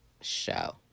show